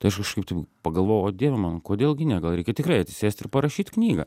tai aš kažkaip taip pagalvojau o dieve mano kodėl gi ne gal reikia tikrai atsisėst ir parašyt knygą